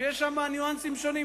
שיש שם ניואנסים שונים.